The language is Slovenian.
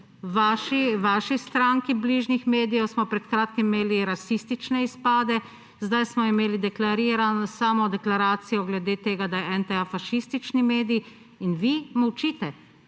od vaši stranki bližnjih medijev, pred kratkim smo imeli rasistične izpade. Sedaj smo imeli samo deklaracijo glede tega, da je NTA fašistični medij; in vi molčite.